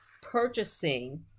purchasing